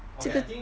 这个